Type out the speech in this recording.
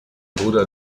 bruder